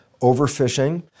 overfishing